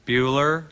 Bueller